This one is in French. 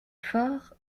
fort